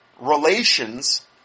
relations